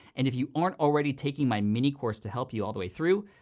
and if you aren't already taking my mini course to help you all the way through,